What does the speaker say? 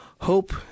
Hope